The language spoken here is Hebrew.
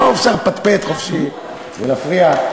פה אפשר לפטפט חופשי ולהפריע.